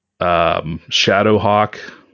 Shadowhawk